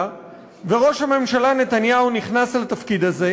וראש הממשלה נתניהו נכנס לתפקיד הזה,